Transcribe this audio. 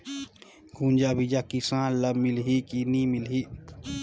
गुनजा बिजा किसान ल मिलही की नी मिलही?